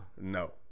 No